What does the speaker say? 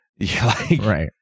Right